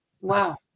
Wow